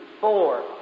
four